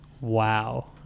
wow